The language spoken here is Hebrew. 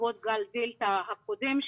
בעקבות גל דלתא הקודם,